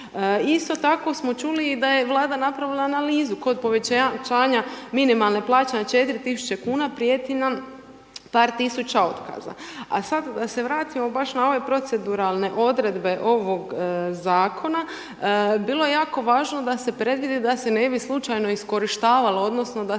Isto tako smo čuli i da je Vlada napravila analizu kod povećanja minimalne plaće na 4000 kuna, prijeti nam par tisuća otkaza. A sad da se vratimo baš na ove proceduralne odredbe ovog zakona. Bilo je jako važno da se predvidi da se ne bi slučajno iskorištavalo odnosno da se